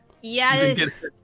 Yes